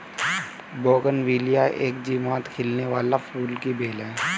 bougainvillea एक जीवंत खिलने वाली फूल की बेल है